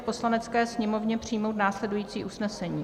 Poslanecké sněmovně přijmout následující usnesení: